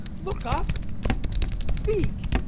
look up speak.